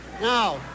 Now